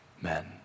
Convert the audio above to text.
men